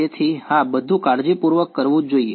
તેથી હા બધું કાળજીપૂર્વક કરવું જોઈએ